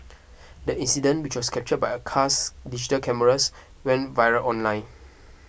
the incident which was captured by a car's dashed cameras went viral online